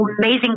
amazing